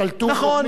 נכון,